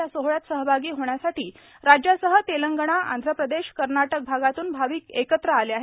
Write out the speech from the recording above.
या सोहळ्यात सहभागी होण्यासाठी राज्यासह तेलंगणा आंध प्रदेश कर्नाटक भागातून भाविक एकत्र आले आहेत